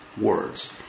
words